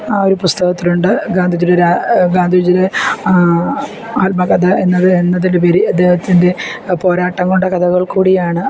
ആ ഒരു പുസ്തകത്തിലുണ്ട് ഗാന്ധിജിയുടെ ഗാന്ധിജിയുടെ ആത്മകഥ എന്നത് എന്നതിൽ ഉപരി അദ്ദേഹത്തിൻ്റെ പോരാട്ടം കൊണ്ടാണ് കഥകൾ കൂടിയാണ്